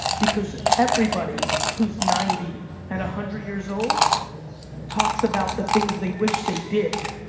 because everybody who's ninety at a hundred years old talks about the things they wish they did,